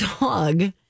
dog